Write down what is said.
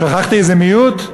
שכחתי איזה מיעוט?